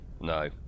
No